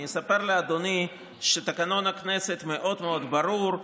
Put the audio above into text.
אני אספר לאדוני שתקנון הכנסת מאוד מאוד ברור.